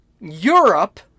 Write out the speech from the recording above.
Europe